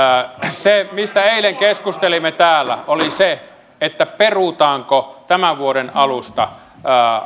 se mistä eilen keskustelimme täällä oli se perutaanko tämän vuoden alusta